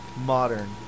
modern